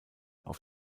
auf